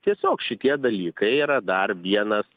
tiesiog šitie dalykai yra dar vienas